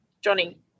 Johnny